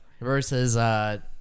versus